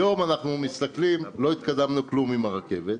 היום אנחנו מסתכלים, לא התקדמנו כלום עם הרכבת,